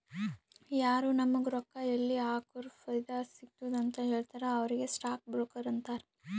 ಯಾರು ನಾಮುಗ್ ರೊಕ್ಕಾ ಎಲ್ಲಿ ಹಾಕುರ ಫೈದಾ ಸಿಗ್ತುದ ಅಂತ್ ಹೇಳ್ತಾರ ಅವ್ರಿಗ ಸ್ಟಾಕ್ ಬ್ರೋಕರ್ ಅಂತಾರ